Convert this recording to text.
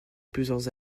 plusieurs